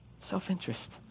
Self-interest